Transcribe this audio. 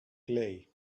clay